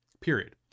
period